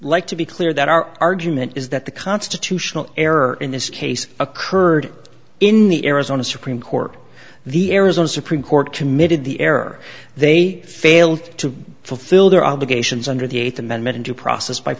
like to be clear that our argument is that the constitutional error in this case occurred in the arizona supreme court the arizona supreme court committed the error they failed to fulfill their obligations under the eighth amendment and due process by